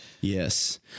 Yes